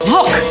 Look